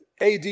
AD